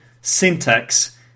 syntax